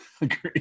Agreed